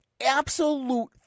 absolute